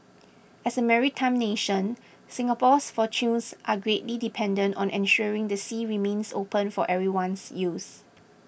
as a maritime nation Singapore's fortunes are greatly dependent on ensuring the sea remains open for everyone's use